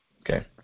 Okay